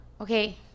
okay